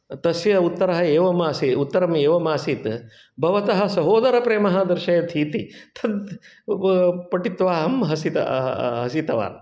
तस्य उत्तरः एवमासी उत्तरम् एवमासीत् भवतः सहोदरप्रेमः दर्शयति इति तद् पठित्वा अहं हसितः हसितवान्